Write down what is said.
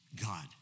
God